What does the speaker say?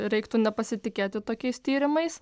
reiktų nepasitikėti tokiais tyrimais